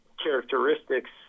characteristics